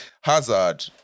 Hazard